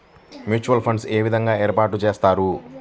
Mutual funds ఏ విధంగా ఏర్పాటు చేస్తారు?